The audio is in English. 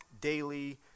daily